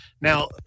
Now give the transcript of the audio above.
now